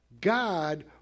God